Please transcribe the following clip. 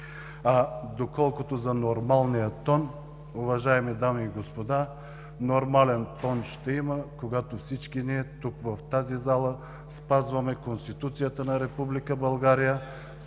Доколкото за нормалния тон – уважаеми дами и господа, нормален тон ще има, когато всички ние тук, в тази зала, спазваме Конституцията на Република